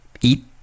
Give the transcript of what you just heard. eat